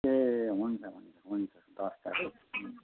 ए हुन्छ हुन्छ हुन्छ दस तारिक हुन्छ